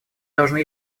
должны